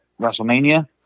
Wrestlemania